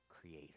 creator